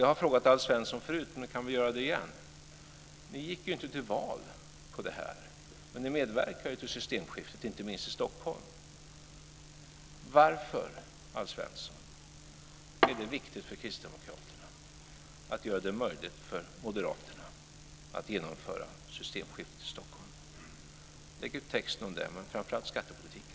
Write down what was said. Jag har frågat Alf Svensson förut och kan göra det igen. Ni gick inte till val på det, men ni medverkar till systemskiftet, inte minst i Stockholm. Varför är det viktigt för kristdemokraterna att göra det möjligt för moderaterna att genomföra systemskifte i Stockholm? Lägg ut texten om det, men framför allt om skattepolitiken.